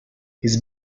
his